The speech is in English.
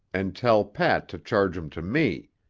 and tell pat to charge em to me.